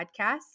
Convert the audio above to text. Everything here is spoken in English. podcast